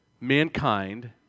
mankind